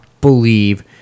believe